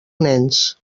nens